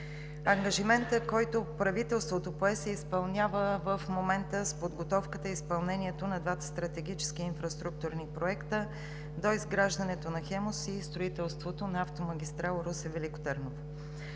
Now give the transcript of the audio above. Ангажиментът, който правителството пое, се изпълнява в момента с подготовката и изпълнението на двата стратегически инфраструктурни проекта: „Доизграждането на „Хемус“ и „Строителството на автомагистрала Русе – Велико Търново“.